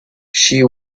she